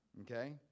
okay